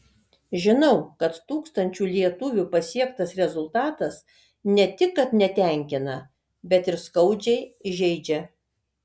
žinau kad tūkstančių lietuvių pasiektas rezultatas ne tik kad netenkina bet ir skaudžiai žeidžia